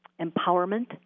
empowerment